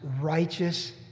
righteous